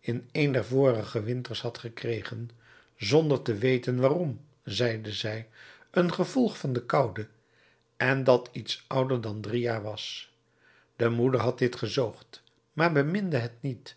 in een der vorige winters had gekregen zonder te weten waarom zeide zij een gevolg van de koude en dat iets ouder dan drie jaar was de moeder had dit gezoogd maar beminde het niet